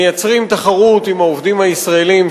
מייצרים תחרות עם העובדים הישראלים,